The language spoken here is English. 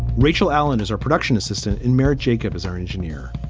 rachel allen is our production assistant in marriage. jacob is our engineer.